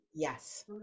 Yes